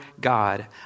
God